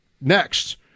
next